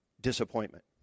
Disappointment